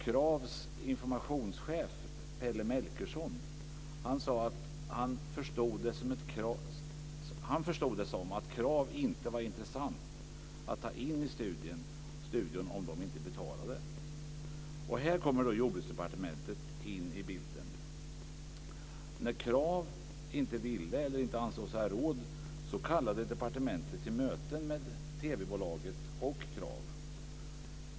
Kravs informationschef Pelle Melkersson sade att han förstod det som att Krav inte var intressant att ta in i studion om man inte betalade. Här kommer Jordbruksdepartementet in i bilden. När Krav inte ville eller inte ansåg sig ha råd kallade departementet till möten med TV-bolaget och Krav.